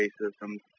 systems